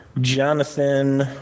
Jonathan